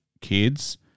kids